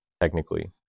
technically